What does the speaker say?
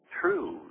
true